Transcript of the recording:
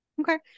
Okay